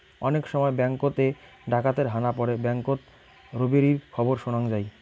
অনেক সময় ব্যাঙ্ককোত এ ডাকাতের হানা পড়ে ব্যাঙ্ককোত রোবেরির খবর শোনাং যাই